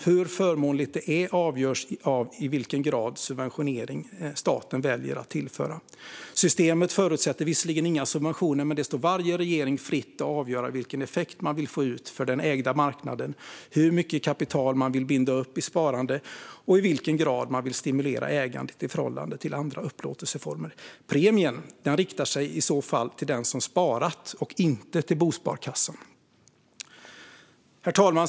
Hur förmånligt det är avgörs av vilken grad av subventionering staten väljer att tillföra. Systemet förutsätter visserligen inga subventioner, men det står varje regering fritt att avgöra vilken effekt man vill få ut för den ägda marknaden, hur mycket kapital man vill binda upp i sparande och i vilken grad man vill stimulera ägandet i förhållande till andra upplåtelseformer. Premien riktar sig i så fall till den som sparat och inte till bosparkassan. Herr talman!